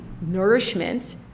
nourishment